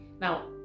Now